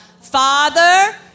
Father